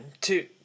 two